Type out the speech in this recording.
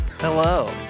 Hello